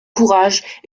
courage